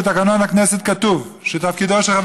בתקנון הכנסת כתוב שתפקידו של חבר